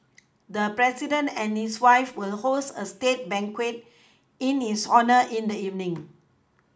the president and his wife will host a state banquet in his honour in the evening